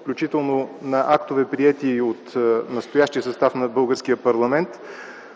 включително на актове, приети от настоящия състав на българския парламент,